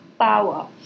power